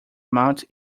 amounts